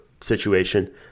situation